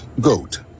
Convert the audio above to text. GOAT